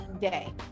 day